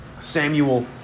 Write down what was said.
Samuel